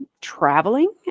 Traveling